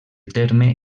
terme